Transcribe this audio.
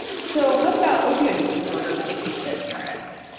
so what about opioid use disorder medication adherence?